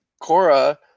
Cora